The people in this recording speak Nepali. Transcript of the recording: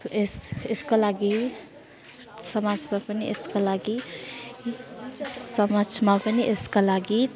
यस यसको लागि समाजमा पनि यसको लागि समाजमा पनि यसका लागि